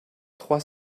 trois